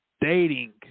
dating